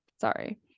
Sorry